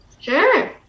Sure